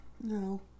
No